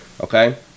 Okay